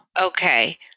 Okay